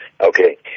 Okay